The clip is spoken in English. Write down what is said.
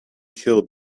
killed